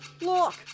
Look